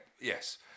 yes